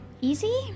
easy